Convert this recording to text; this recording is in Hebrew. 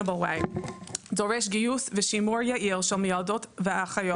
דורש גיוס ושימור של מיילדות ואחיות.